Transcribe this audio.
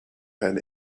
had